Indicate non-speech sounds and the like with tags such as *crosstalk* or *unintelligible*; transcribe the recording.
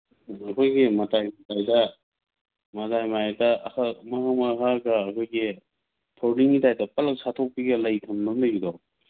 ꯑꯩꯈꯣꯏꯒꯤ ꯃꯇꯥꯏ ꯃꯇꯥꯏꯗ *unintelligible* ꯃꯍꯛ ꯃꯍꯛ ꯑꯩꯈꯣꯏꯒꯤ ꯐꯣꯜꯗꯤꯡꯒꯤ ꯇꯥꯏꯞꯇ ꯄꯠ ꯂꯥꯎ ꯁꯠꯇꯣꯛꯄꯤꯒ ꯂꯩ ꯑꯃ ꯂꯩꯕꯗꯣ